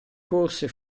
corse